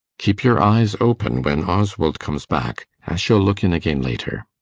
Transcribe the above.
keep your eyes open when oswald comes back. i shall look in again later.